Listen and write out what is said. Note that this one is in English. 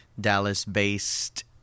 dallas-based